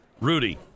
Rudy